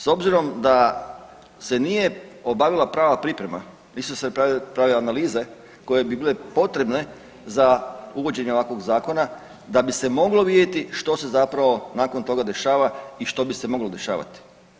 S obzirom da se nije obavila prava priprema, nisu se pravile analize koje bi bile potrebne za uvođenje ovakvog zakona da bi se moglo vidjeti što se zapravo nakon toga dešava i što bi se moglo dešavati.